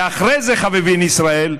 ואחרי זה חביבין ישראל,